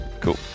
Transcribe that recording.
Cool